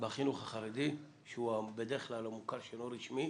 בחינוך החרדי שהוא בדרך כלל המוכר שאינו רשמי,